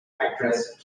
actress